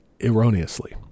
erroneously